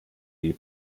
die